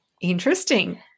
Interesting